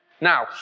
Now